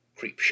Creepshow